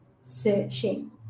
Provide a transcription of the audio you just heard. searching